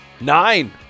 Nine